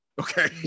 Okay